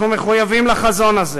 אנחנו מחויבים לחזון הזה,